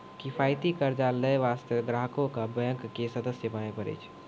किफायती कर्जा लै बास्ते ग्राहको क बैंक के सदस्य बने परै छै